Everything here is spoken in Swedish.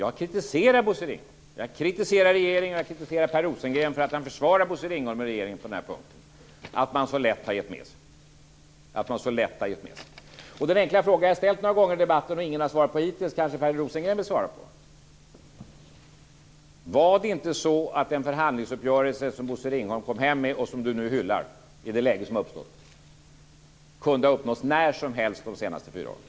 Jag har kritiserat Bosse Ringholm. Jag kritiserar regeringen, och jag kritiserar Per Rosengren för att han försvarar Bosse Ringholm och regeringen på den här punkten där man så lätt har gett med sig. Den enkla fråga som jag har ställt några gånger i debatten och som ingen har svarat på hittills vill kanske Per Rosengren svara på. Är det inte så att den förhandlingsuppgörelse som Bosse Ringholm kom hem med, och som Per Rosengren nu hyllar i det läge som har uppstått, kunde ha uppnåtts när som helst under de senaste fyra åren?